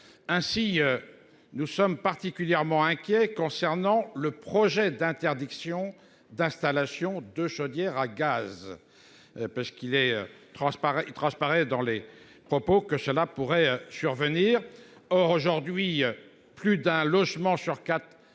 Ainsi. Nous sommes particulièrement inquiets concernant le projet d'interdiction d'installation de chaudières à gaz. Parce qu'il est transparent. Il transparaît dans les propos que cela pourrait survenir. Or aujourd'hui. Plus d'un logement sur quatre.